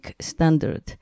standard